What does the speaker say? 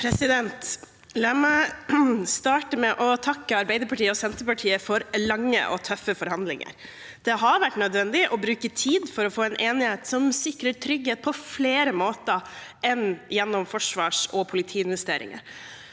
La meg starte med å takke Arbeiderpartiet og Senterpartiet for lange og tøffe forhandlinger. Det har vært nødvendig å bruke tid for å få en enighet som sikrer trygghet på flere måter enn gjennom forsvars- og politiinvesteringer.